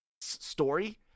story